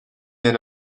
yer